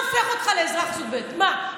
מה הופך אותך לאזרח סוג ב', מה?